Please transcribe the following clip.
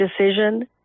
decision